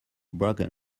broken